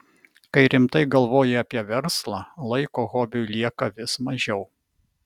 kai rimtai galvoji apie verslą laiko hobiui lieka vis mažiau